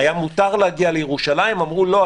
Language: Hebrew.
היה מותר להגיע לירושלים ואמרו: לא,